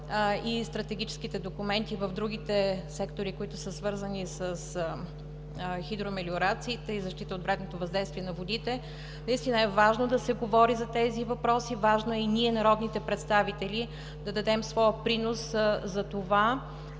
и стратегическите документи в другите сектори, свързани с хидромелиорациите и защита от вредното въздействие на водите. Важно е да се говори по тези въпроси, важно е и ние, народните представители, да дадем своя принос за това